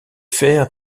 faire